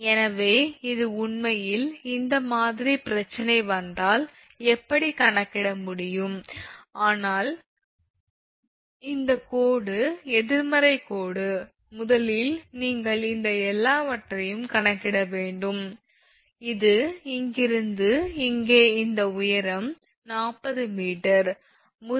எனவே இது உண்மையில் இந்த மாதிரி பிரச்சனை வந்தால் எப்படி கணக்கிட முடியும் ஆனால் இந்த கோடு எதிர்மறை கோடு முதலில் நீங்கள் இந்த எல்லாவற்றையும் கணக்கிட வேண்டும் இது இங்கிருந்து இங்கே இந்த உயரம் 40 𝑚